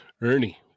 Ernie